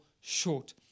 short